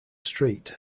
street